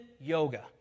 yoga